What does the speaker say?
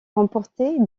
remporté